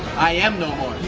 i am no